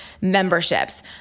memberships